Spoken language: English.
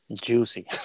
Juicy